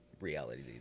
reality